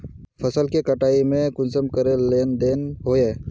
फसल के कटाई में कुंसम करे लेन देन होए?